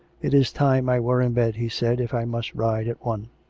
it is time i were in bed, he said, if i must ride at one.